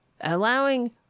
allowing